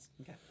Okay